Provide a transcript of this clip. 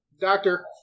Doctor